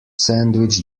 sandwich